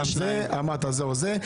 אמרת זה או זה.